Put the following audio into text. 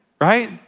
right